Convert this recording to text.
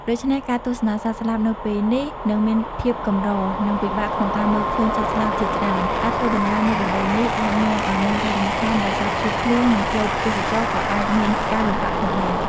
ដូច្នេះការទស្សនាសត្វស្លាបនៅពេលនេះនឹងមានភាពកម្រ និងពិបាកក្នុងការមើលឃើញសត្វស្លាបជាច្រើន។ ការធ្វើដំណើរនៅរដូវនេះអាចនាំឲ្យមានការរំខានដោយសារព្យុះភ្លៀង និងផ្លូវទេសចរណ៍ក៏អាចមានការលំបាកផងដែរ។